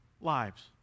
lives